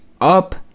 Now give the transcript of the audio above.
up